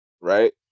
right